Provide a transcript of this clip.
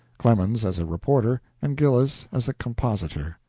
clemens as a reporter and gillis as a compositor.